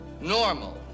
normal